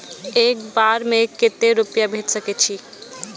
एक बार में केते रूपया भेज सके छी?